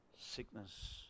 sickness